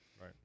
Right